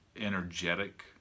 energetic